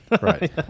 Right